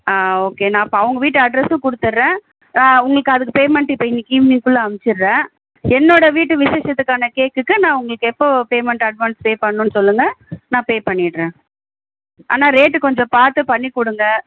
ஆ okay நான் அப்போ அவங்க வீட்டு அட்ரெஸ்ஸும் கொடுத்துர்றேன் உங்களுக்கு அதுக்கு பேமெண்ட் இப்போ இன்றைக்கி ஈவினிங்குள்ளே அமுச்சுடுறேன் என்னோடய வீட்டு விசேஷத்துக்கான கேக்குக்கு நான் உங்களுக்கு எப்போது பேமெண்ட் அட்வான்ஸ் பே பண்ணணும்னு சொல்லுங்க நான் பே பண்ணிடுறேன் ஆனால் ரேட்டு கொஞ்சம் பார்த்து பண்ணி கொடுங்க